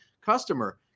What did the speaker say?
customer